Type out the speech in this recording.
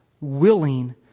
willing